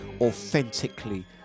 authentically